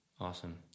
Awesome